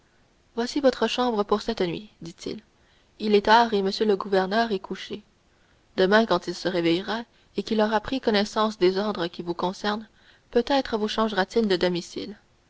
voici votre chambre pour cette nuit dit-il il est tard et m le gouverneur est couché demain quand il se réveillera et qu'il aura pris connaissance des ordres qui vous concernent peut-être vous changera t il de domicile